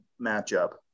matchup